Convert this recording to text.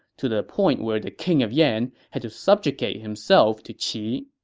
to the point where the king of yan had to subjugate himself to qi.